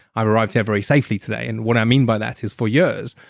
i arrived here very safely today, and what i mean by that is for years,